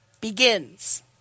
begins